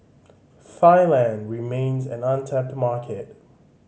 Thailand remains an untapped market